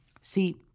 See